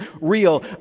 real